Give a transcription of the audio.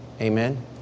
Amen